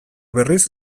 berriz